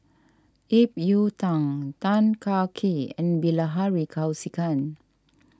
Ip Yiu Tung Tan Kah Kee and Bilahari Kausikan